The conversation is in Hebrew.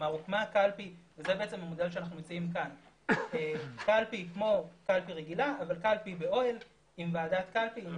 הוקמה קלפי שהיא כמו קלפי רגילה אבל קלפי באוהל עם ועדת קלפי ועם